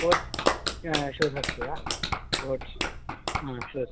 sports shoes अस्ति वा sports shoes